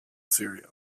syria